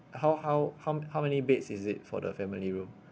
how how how how many beds is it for the family room